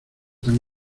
tan